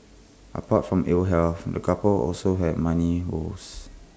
apart from ill health the couple also had money woes